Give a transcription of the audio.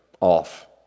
off